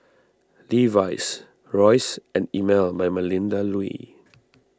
Levi's Royce and Emel by Melinda Looi